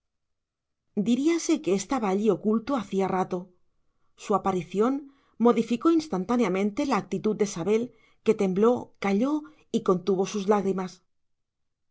diríase que estaba allí oculto hacía rato su aparición modificó instantáneamente la actitud de sabel que tembló calló y contuvo sus lágrimas